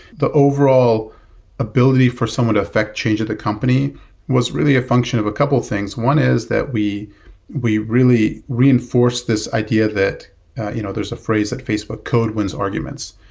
the overall ability for someone to affect change at the company was really a function of a couple of things. one is that we we really reinforced this idea that you know there's a phrase at facebook, code wins arguments.